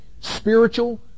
spiritual